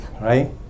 right